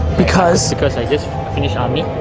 because? because i just finished army,